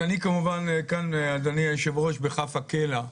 אני כאן, אדוני היושב-ראש, בכף הקלע.